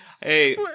Hey